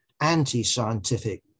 anti-scientific